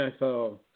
NFL